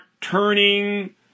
turning